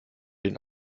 den